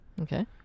Okay